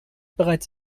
bereits